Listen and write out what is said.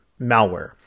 malware